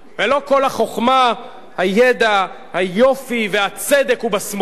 ולא כל החוכמה, הידע, היופי והצדק הוא בשמאל.